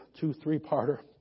two-three-parter